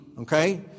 okay